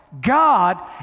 God